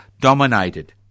dominated